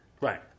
Right